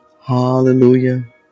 hallelujah